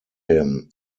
him